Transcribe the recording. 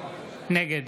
נגד